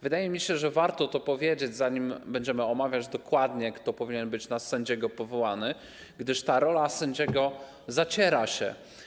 Wydaje mi się, że warto to powiedzieć, zanim będziemy omawiać dokładnie, kto powinien być na sędziego powołany, gdyż rola sędziego zaciera się.